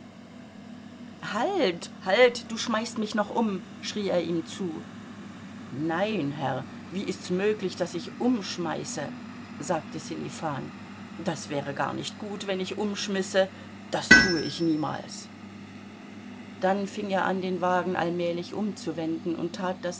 halt halt du schmeißt mich noch um schrie er ihm zu nein herr wie ist's möglich daß ich umschmeiße sagte sselifan das wäre gar nicht gut wenn ich umschmisse das tue ich niemals dann fing er an den wagen allmählich umzuwenden und tat